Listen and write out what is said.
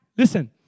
Listen